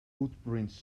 footprints